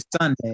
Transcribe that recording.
Sunday